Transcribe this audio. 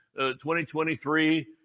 2023